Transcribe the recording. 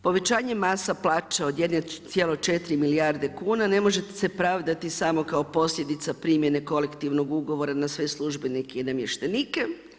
Povećanje masa plaća od 1,4 milijarde kuna, ne možete se pravdati samo kao posljedica primjene kolektivnog ugovora na sve službenike i namještenike.